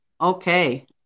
Okay